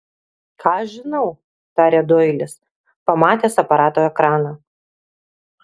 ką aš žinau tarė doilis pamatęs aparato ekraną